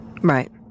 Right